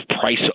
price